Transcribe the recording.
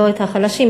לא חלשים,